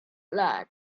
lad